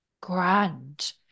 grand